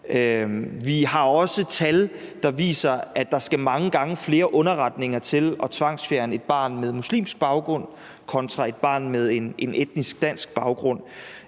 Vi har også tal, der viser, at der skal mange gange flere underretninger til at tvangsfjerne et barn med muslimsk baggrund kontra et barn med en etnisk dansk baggrund,